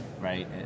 right